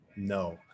no